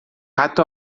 حتی